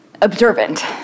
observant